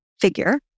figure